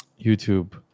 YouTube